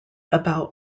about